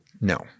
No